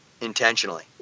intentionally